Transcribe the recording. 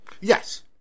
Yes